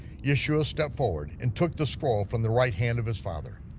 yeshua stepped forward, and took the scroll from the right hand of his father.